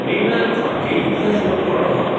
নির্ণায়ক হন যে এই ইতিহাসগুলো পড়ানো হবে